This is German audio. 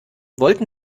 wollten